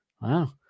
Wow